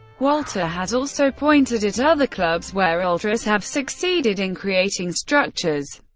wolter has also pointed at other clubs, where ultras have succeeded in creating structures,